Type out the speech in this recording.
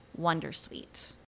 wondersuite